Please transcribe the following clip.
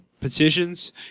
petitions